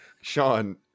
Sean